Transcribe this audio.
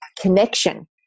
connection